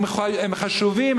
הם חשובים,